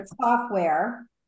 software